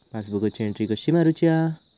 पासबुकाची एन्ट्री कशी मारुची हा?